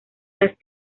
las